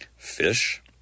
Fish